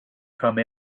come